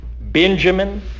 Benjamin